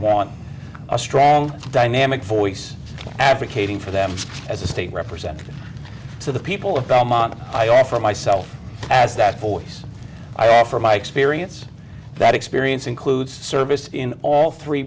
want a strong dynamic voice advocating for them as a state representative to the people of belmont i offer myself as that voice i offer my experience that experience includes service in all three